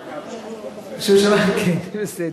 אני מודה לפחות שהוא שמר על הגב שלך, כן, בסדר.